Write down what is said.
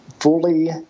fully